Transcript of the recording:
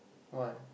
why